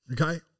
Okay